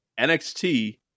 NXT